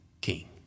king